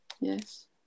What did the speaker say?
Yes